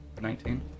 Nineteen